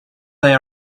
they